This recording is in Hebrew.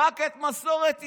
רק את מסורת ישראל.